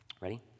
Ready